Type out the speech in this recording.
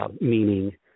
Meaning